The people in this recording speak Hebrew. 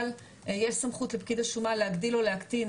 יש סמכות לפקיד השומה להגדיל או להקטין